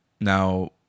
Now